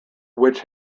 which